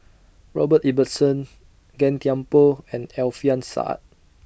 Robert Ibbetson Gan Thiam Poh and Alfian Sa'at